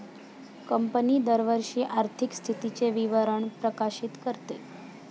company दरवर्षी आर्थिक स्थितीचे विवरण प्रकाशित करते